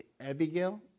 Abigail